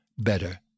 better